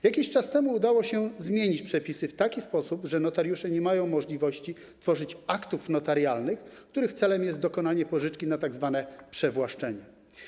Jakiś czas temu udało się zmienić przepisy w taki sposób, że notariusze nie mają możliwości tworzyć aktów notarialnych, których celem jest dokonanie pożyczki na tzw. przewłaszczenie.